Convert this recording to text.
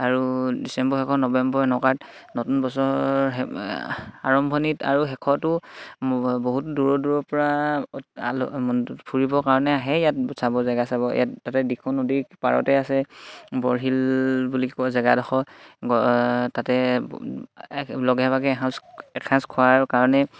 আৰু ডিচেম্বৰ শেষত নৱেম্বৰ এনেকুৱাত নতুন বছৰ আৰম্ভণিত আৰু শেষতো বহুত দূৰৰ দূৰৰ পৰা আল ফুৰিবৰ কাৰণে আহে ইয়াত চাব জেগা চাব ইয়াত তাতে দিখৌ নদী পাৰতে আছে বৰশীল বুলি ক'ব জেগাডখৰ তাতে লগে ভাগে এসাঁজ এসাঁজ খোৱাৰ কাৰণে